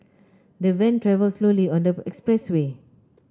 the van travelled slowly on the expressway